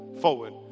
forward